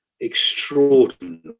extraordinary